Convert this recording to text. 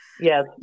Yes